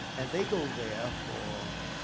and they go there for